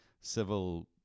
civil